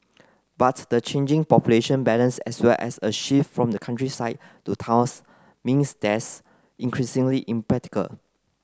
but the changing population balance as well as a shift from the countryside to towns means that's increasingly impractical